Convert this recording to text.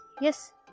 Yes